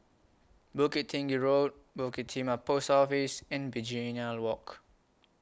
Bukit Tinggi Road Bukit Timah Post Office and Begonia Walk